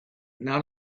none